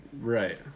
Right